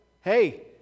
Hey